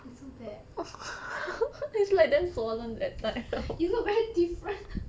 it's so bad you look very different